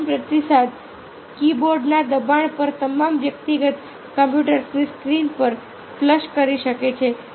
અંતિમ પ્રતિસાદ કીબોર્ડના દબાણ પર તમામ વ્યક્તિગત કમ્પ્યુટર્સની સ્ક્રીન પર ફ્લેશ થઈ શકે છે